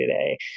today